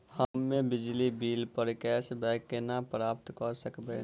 हम्मे बिजली बिल प कैशबैक केना प्राप्त करऽ सकबै?